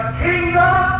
kingdom